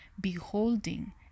beholding